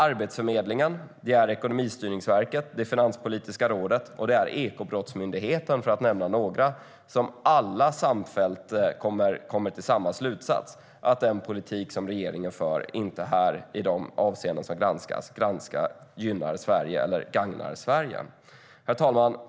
Arbetsförmedlingen, Ekonomistyrningsverket, Finanspolitiska rådet och Ekobrottsmyndigheten, för att nämna några, kommer alla samfällt till samma slutsats: att den politik som regeringen för inte gynnar eller gagnar Sverige i de avseenden som granskas. Herr talman!